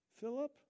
Philip